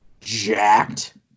jacked